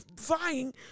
vying